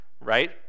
right